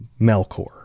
melkor